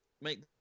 make